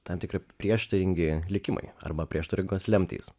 tam tikri prieštaringi likimai arba prieštaringos lemtys